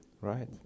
Right